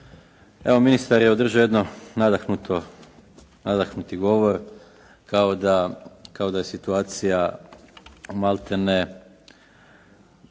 Evo, ministar je održao jedan nadahnuti govor kao da je situacija maltene